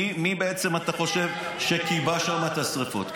מי בעצם אתה חושב שכיבה שם את השרפות?